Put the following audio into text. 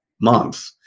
month